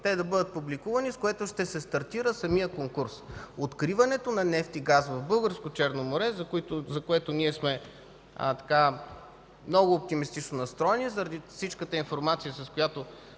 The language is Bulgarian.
те да бъдат публикувани, с което ще се стартира самият конкурс. Откриването на нефт и газ в българско Черно море, за което ние сме много оптимистично настроени заради всичката информация, с която